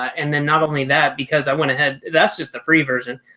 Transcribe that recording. and then not only that, because i went ahead, that's just the free version,